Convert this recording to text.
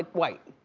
white.